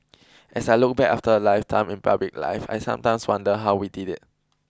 as I look back after a lifetime in public life I sometimes wonder how we did it